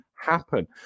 happen